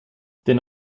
den